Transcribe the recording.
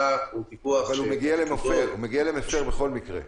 הוא פיקוח --- אבל הוא מגיע למפר בכל מקרה.